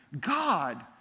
God